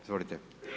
Izvolite.